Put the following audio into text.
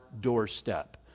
doorstep